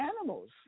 animals